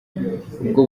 ubwo